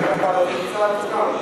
אבל זה תוקן כבר.